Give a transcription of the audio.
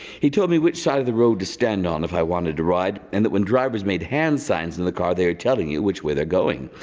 he told me which side of the road to stand on if i wanted to ride and it when drivers made hand signs in the car they were telling you which way they're going.